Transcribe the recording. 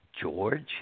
George